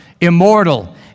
immortal